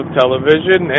television